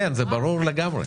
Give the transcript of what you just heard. זה ברור לגמרי.